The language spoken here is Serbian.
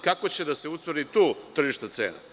Kako će tu da se utvrdi tržišna cena?